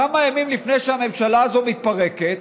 כמה ימים לפני שהממשלה הזאת מתפרקת,